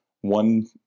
one